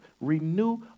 renew